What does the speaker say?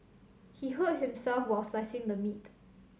he hurt himself while slicing the meat